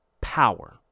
power